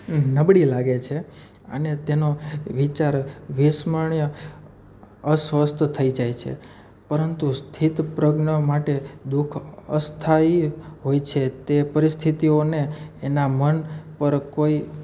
નબળી લાગે છે અને તેનો વિચાર વિસ્મરણીય અસ્વસ્થ થઈ જાય છે પરંતુ સ્થિતપ્રજ્ઞ માટે દુઃખ અસ્થાયી હોય છે તે પરિસ્થિતીઓને એના મન પર કોઈ